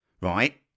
right